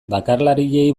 bakarlariei